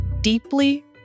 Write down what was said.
deeply